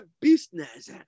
business